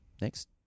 next